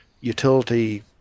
utility